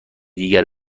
دیگر